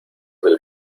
del